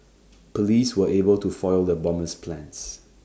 Police were able to foil the bomber's plans